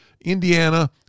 indiana